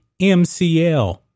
MCL